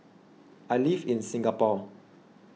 I live in Singapore